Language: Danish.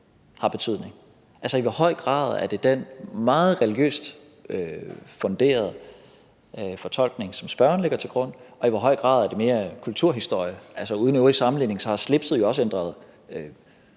har betydning. Altså, i hvor høj grad er det den meget religiøst funderede fortolkning, som spørgeren lægger til grund, og i hvor høj grad er det mere kulturhistorie. altså uden sammenligning i øvrigt, så har slipset jo også ændret